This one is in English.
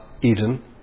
Eden